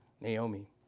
Naomi